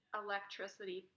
electricity